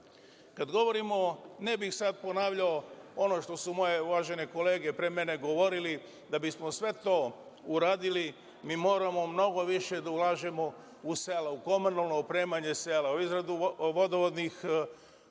govorimo o, ne bih sad ponavljao ono što su moje uvažene kolege pre mene govorili, da bismo sve to uradili, mi moramo mnogo više da ulažemo u sela u komunalno opremanje sela, u izradu vodovodnih mreža,